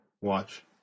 watch